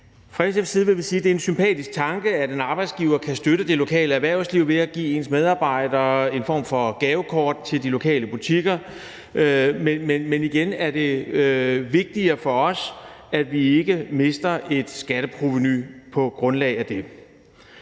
er en sympatisk tanke, at en arbejdsgiver kan støtte det lokale erhvervsliv ved at give sine medarbejdere en form for gavekort til de lokale butikker. Men igen er det vigtigere for os, at vi ikke mister et skatteprovenu på grundlag af det.